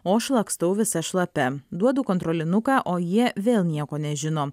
o aš lakstau visa šlapia duodu kontrolinuką o jie vėl nieko nežino